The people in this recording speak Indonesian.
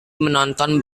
menonton